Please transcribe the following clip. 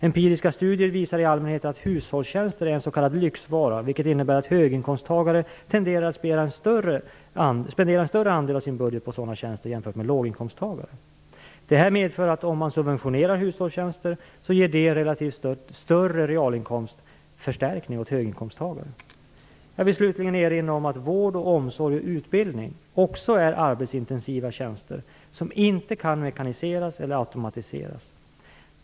Empiriska studier visar i allmänhet att hushållstjänster är en s.k. lyxvara, vilket innebär att höginkomsttagare tenderar att spendera en större andel av sin budget på sådana tjänster än låginkomsttagare. Detta medför att en subventionering av hushållstjänster ger en relativt sett större realinkomstförstärkning åt höginkomsttagarna. Jag vill slutligen erinra om att vård, omsorg och utbildning också är arbetsintensiva tjänster, som inte kan mekaniseras eller automatiseras.